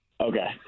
Okay